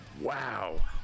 wow